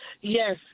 Yes